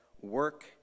work